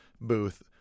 booth